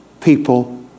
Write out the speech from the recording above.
people